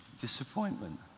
disappointment